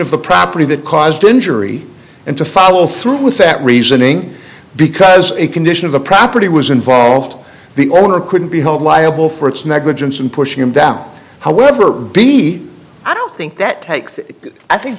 the property that caused the injury and to follow through with that reasoning because a condition of the property was involved the owner couldn't be held liable for its negligence and pushing him down however b i don't think that takes i think